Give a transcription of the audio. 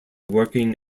working